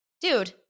Dude